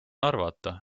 arvata